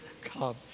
come